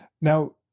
Now